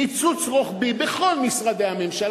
קיצוץ רוחבי בכל משרדי הממשלה,